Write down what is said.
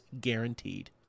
guaranteed